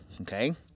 okay